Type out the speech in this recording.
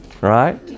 right